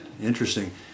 Interesting